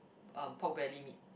um pork belly meat